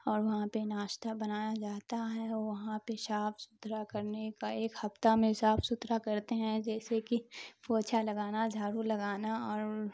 اور وہاں پہ ناشتہ بنایا جاتا ہے وہاں پہ صاف ستھرا کرنے کا ایک ہفتہ میں صاف ستھرا کرتے ہیں جیسے کہ پوچھا لگانا جھاڑو لگانا اور